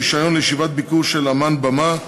רישיון לישיבת ביקור של אמן במה),